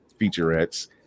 featurettes